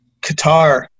Qatar